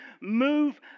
move